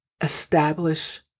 establish